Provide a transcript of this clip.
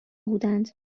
بودند